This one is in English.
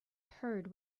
heard